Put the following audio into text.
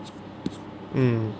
mm